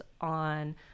on